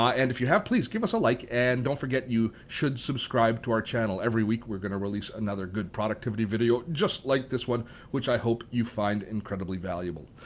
and if you have, please give us a like and don't forget you should subscribe to our channel. every week, we're going to release another good productivity video just like this one which i hope you find incredibly valuable.